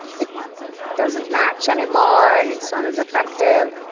it doesn't match anymore and it's not as effective.